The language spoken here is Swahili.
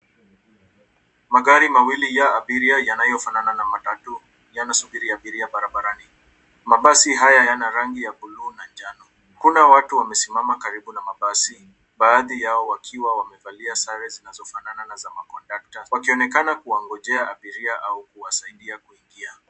Magari mawili ya abiria yanayofanana na matatu yanasubiri abiria barabarani. Mabasi haya yana rangi ya buluu na njano. Kuna watu wamesimama karibu na mabasi baadhi yao wakiwa wamevalia sare zinazofanana na za makondakta wakionekana kuwangojea abiria au kuwasaidia kuingia.